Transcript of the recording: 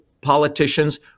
politicians